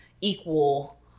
equal